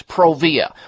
Provia